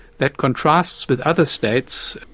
that contrasts with other states,